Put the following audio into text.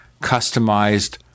customized